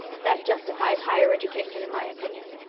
that justifies higher education in my opinion.